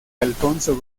alfonso